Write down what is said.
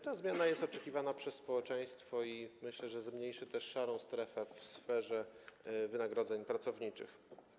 Ta zmiana jest oczekiwana przez społeczeństwo i myślę, że zmniejszy też szarą strefę w sferze wynagrodzeń pracowniczych.